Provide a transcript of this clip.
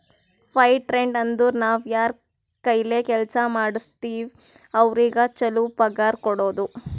fire trade ಅಂದುರ್ ನಾವ್ ಯಾರ್ ಕೈಲೆ ಕೆಲ್ಸಾ ಮಾಡುಸ್ಗೋತಿವ್ ಅವ್ರಿಗ ಛಲೋ ಪಗಾರ್ ಕೊಡೋದು